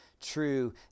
true